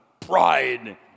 pride